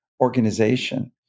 organization